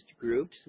groups